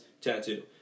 tattoo